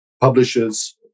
publishers